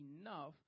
enough